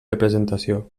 representació